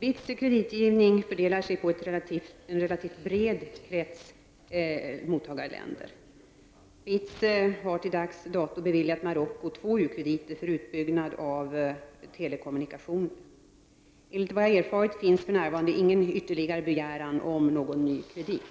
BITS kreditgivning fördelar sig på en relativt vid krets mottagarländer. BITS har till dags dato beviljat Marocko två u-krediter för utbyggnad av telekommunikationer. Enligt vad jag erfarit finns för närvarande ingen ytterligare begäran om någon ny kredit.